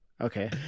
Okay